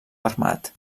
armat